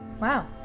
Wow